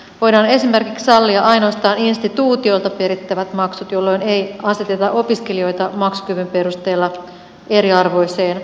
voidaan esimerkiksi sallia ainoastaan instituutioilta perittävät maksut jolloin ei aseteta opiskelijoita maksukyvyn perusteella eriarvoiseen asemaan